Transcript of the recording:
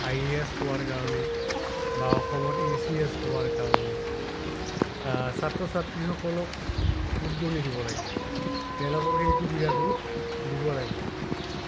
I A S পোৱাৰ কাৰণে বা অসমত এ চি এছ পোৱাৰ কাৰণে ছাত্ৰ ছাত্ৰীসকলক উদগনি দিব লাগিব তেওঁলোকক সেই সুবিধাটো দিব লাগিব